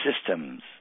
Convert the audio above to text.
systems